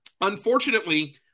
unfortunately